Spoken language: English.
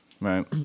Right